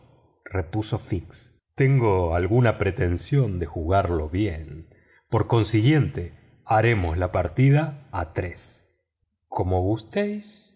repuso fix tengo alguna pretensión de jugarlo bien por consiguiente haremos la partida a tres como gustéis